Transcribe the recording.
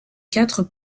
quatre